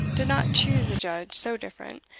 did not choose a judge so different,